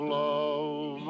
love